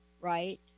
right